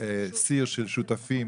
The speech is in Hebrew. סיר של שותפים,